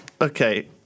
okay